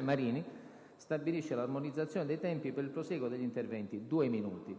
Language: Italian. Marini stabilisce l'armonizzazione dei tempi per il prosieguo degli interventi: due minuti.